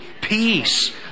peace